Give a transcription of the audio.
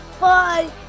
Bye